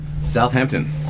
Southampton